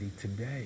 today